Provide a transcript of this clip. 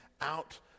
out